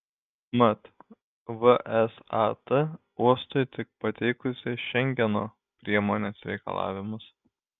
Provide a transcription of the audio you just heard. mat vsat uostui tik pateikusi šengeno priemonės reikalavimus